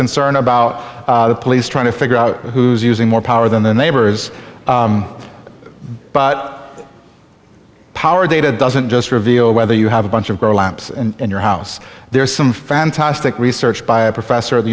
concern about the police trying to figure out who's using more power than the neighbors but power data doesn't just reveal whether you have a bunch of grow lamps and your house there's some fantastic research by a professor at